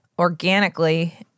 Organically